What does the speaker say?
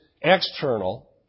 external